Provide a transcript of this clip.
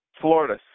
Florida